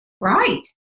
Right